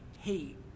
hate